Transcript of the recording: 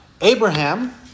Abraham